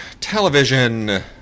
Television